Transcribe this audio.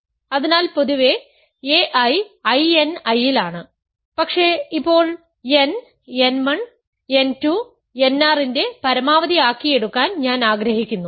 അതിനാൽ പൊതുവേ a I I n I ലാണ് പക്ഷേ ഇപ്പോൾ n n 1 n 2 n r ന്റെ പരമാവധി ആക്കി എടുക്കാൻ ഞാൻ ആഗ്രഹിക്കുന്നു